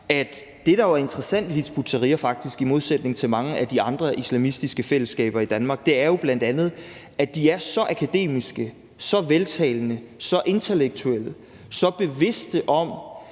det, der jo er interessant ved Hizb ut-Tahrir, faktisk i modsætning til mange af de andre islamistiske fællesskaber i Danmark, bl.a. er, at de er så akademiske, så veltalende, så intellektuelle og så bevidste om,